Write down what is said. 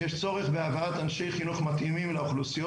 יש צורך בהבאת אנשי חינוך מתאימים לאוכלוסיות